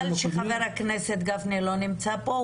חבל שחבר הכנסת גפני לא נמצא פה,